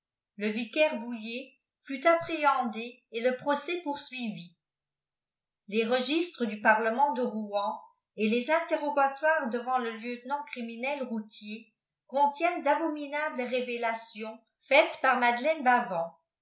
le vicaire boullë fut apprélién dé et le procès poursuivi les registres du parlemeut de rouen et us interrogatoires devant le lieulenant criminel routier contiennent d'aboniinables révélations faites par madeleine